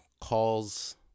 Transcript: calls